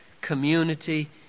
community